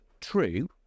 true